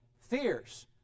fierce